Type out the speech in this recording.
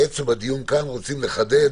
בדיון כאן אנחנו רוצים לחדד